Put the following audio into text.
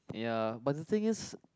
ya but the thing is